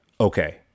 Okay